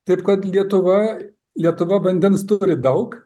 taip kad lietuva lietuva vandens turi daug